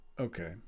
okay